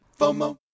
FOMO